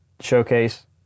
showcase